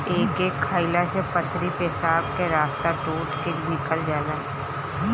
एके खाएला से पथरी पेशाब के रस्ता टूट के निकल जाला